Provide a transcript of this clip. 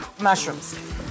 mushrooms